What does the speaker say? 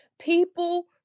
People